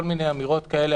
כל מיני אמירות כאלה.